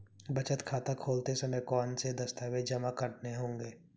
बचत खाता खोलते समय कौनसे दस्तावेज़ जमा करने होंगे?